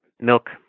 milk